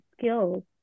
skills